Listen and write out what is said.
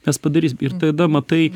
mes padarysim ir tada matai